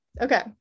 okay